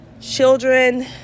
children